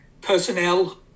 personnel